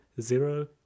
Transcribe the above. zero